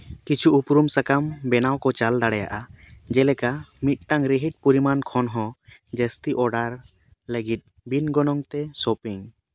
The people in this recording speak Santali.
ᱠᱤᱪᱷᱩ ᱩᱯᱨᱩᱢ ᱥᱟᱠᱟᱢ ᱵᱮᱱᱟᱣ ᱠᱚ ᱪᱟᱞ ᱫᱟᱲᱮᱭᱟᱜᱼᱟ ᱡᱮᱞᱮᱠᱟ ᱢᱤᱫᱴᱟᱝ ᱨᱤᱦᱤᱴ ᱯᱚᱨᱤᱢᱟᱱ ᱠᱷᱚᱱ ᱦᱚᱸ ᱡᱟᱹᱥᱛᱤ ᱚᱰᱟᱨ ᱞᱟᱹᱜᱤᱫ ᱵᱤᱱ ᱜᱚᱱᱚᱝ ᱛᱮ ᱥᱚᱯᱤᱝ